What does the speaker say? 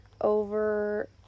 over